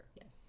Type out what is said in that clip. Yes